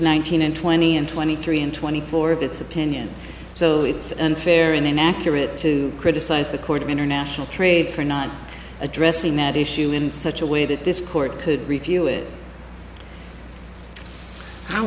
thousand and twenty and twenty three and twenty four of its opinion so it's unfair and inaccurate to criticize the court of international trade for not addressing that issue in such a way that this court could review it how